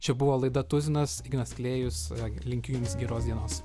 čia buvo laida tuzinas ignas klėjus linkiu jums geros dienos